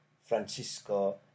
Francisco